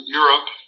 Europe